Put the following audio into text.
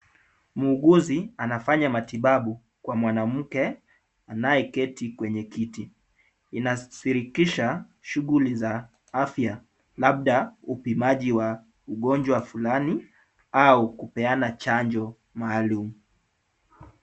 Muuguzi anafanya matibabu kwa mwanamke anayeketi kwenye kiti. Inashirikisha shughuli za afya labda upimaji wa ugonjwa fulani au kupeana chanjo maalum.